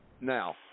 now